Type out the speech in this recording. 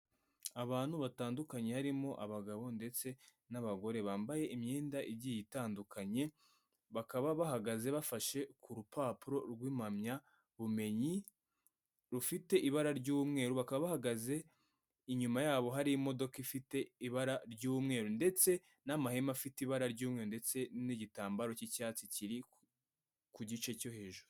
Abantu batandukanye harimo abagabo ndetse n'abagore bambaye imyenda igiye itandukanye, bakaba bahagaze bafashe ku rupapuro rw'impamyabumenyi rufite ibara ry'umweru bakaba bahagaze inyuma yabo hari imodoka ifite ibara ry'umweru ndetse n'amahema afite ibara ry'umweru ndetse n'igitambaro cy'icyatsi kiri ku gice cyo hejuru.